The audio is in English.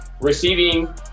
Receiving